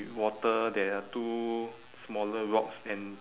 water there are two smaller rocks and